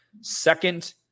Second